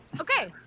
Okay